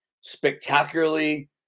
spectacularly